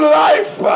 life